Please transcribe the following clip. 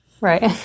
Right